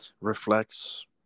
reflects